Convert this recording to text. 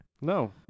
No